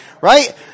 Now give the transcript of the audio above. Right